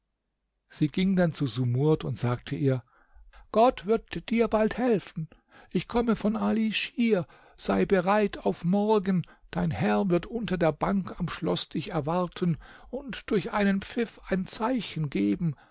sie ging dann zu sumurd und sagte ihr gott wird dir bald helfen ich komme von ali schir sei bereit auf morgen dein herr wird unter der bank am schloß dich erwarten und durch einen pfiff ein zeichen geben